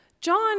John